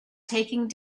taking